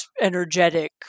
energetic